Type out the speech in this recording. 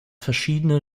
verschiedene